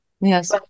Yes